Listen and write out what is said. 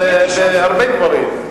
בהרבה דברים.